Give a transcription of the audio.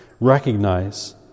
Recognize